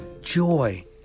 joy